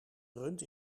rund